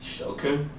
Okay